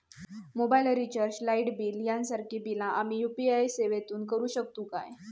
Mobile recharge, light bill यांसारखी बिला आम्ही यू.पी.आय सेवेतून करू शकतू काय?